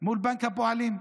מול בנק הפועלים.